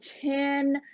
chin